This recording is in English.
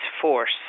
force